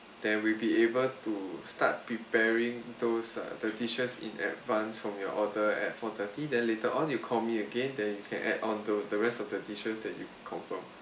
then we'll be able to start preparing those uh the dishes in advance from your order at four-thirty then later on you call me again then you can add on the the rest of the dishes that you confirm